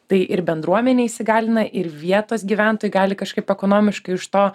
tai ir bendruomenė įsigalina ir vietos gyventojai gali kažkaip ekonomiškai iš to